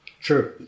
True